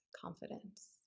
confidence